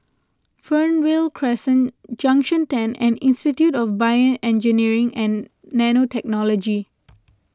Fernvale Crescent Junction ten and Institute of BioEngineering and Nanotechnology